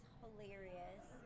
hilarious